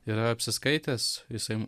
yra apsiskaitęs jisai